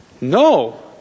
No